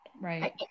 Right